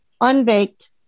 unbaked